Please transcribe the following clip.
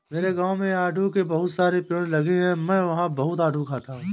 मेरे गाँव में आड़ू के बहुत सारे पेड़ लगे हैं मैं वहां बहुत आडू खाता हूँ